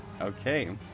okay